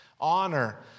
Honor